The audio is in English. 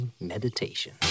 meditation